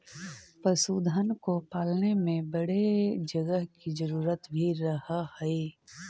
पशुधन को पालने में बड़े जगह की जरूरत भी रहअ हई